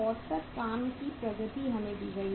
औसत काम की प्रगति हमें दी गई